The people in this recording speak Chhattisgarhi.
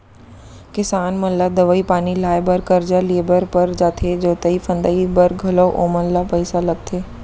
किसान मन ला दवई पानी लाए बर करजा लिए बर पर जाथे जोतई फंदई बर घलौ ओमन ल पइसा लगथे